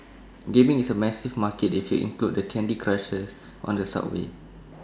gaming is A massive market if you include the candy Crushers on the subway